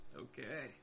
Okay